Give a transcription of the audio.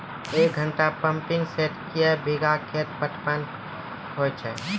एक घंटा pumping set क्या बीघा खेत पटवन है तो?